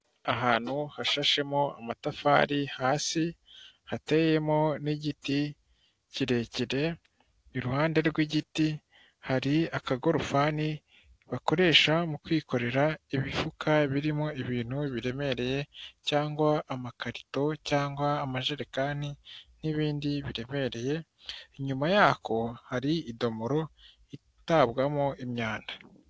Ahantu hashashemo amatafari hasi, hateyemo n'igiti kirekire, iruhande rw'igiti hari akagorofani bakoresha mu kwikorera ibifuka birimo ibintu biremereye cyangwa amakarito cyangwa amajerekani n'ibindi biremereye, inyuma yako hari idomoro itabwamo imyanda.